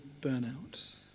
burnout